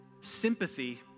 sympathy